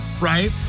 Right